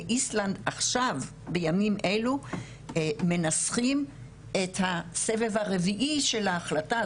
באיסלנד עכשיו בימים אלו מנסחים את הסבב הרביעי של ההחלטה,